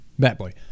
Batboy